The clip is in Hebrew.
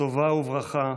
טובה וברכה,